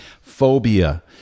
phobia